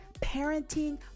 parenting